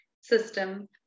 system